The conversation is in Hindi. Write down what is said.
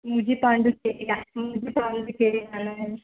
मुझे पांडुचेरी जाना मुझे पांडुचेरी जाना है